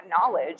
knowledge